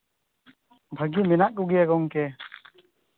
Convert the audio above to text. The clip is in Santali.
ᱵᱷᱟᱹᱜᱤ ᱢᱮᱱᱟᱜ ᱠᱚᱜᱮᱭᱟ ᱜᱚᱝᱠᱮ